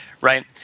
Right